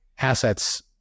assets